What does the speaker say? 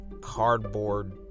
cardboard